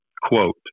quote